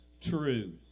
true